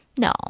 No